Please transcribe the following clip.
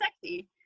sexy